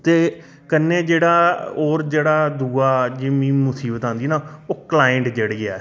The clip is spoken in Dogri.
ते कन्नै जेह्ड़ा होर जेह्ड़ा जिन्नी मुसीबत आंदी न ओह् क्लाइंट जेह्ड़ी ऐ